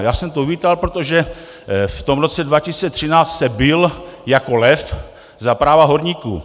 Já jsem to uvítal, protože v tom roce 2013 se bil jako lev za práva horníků.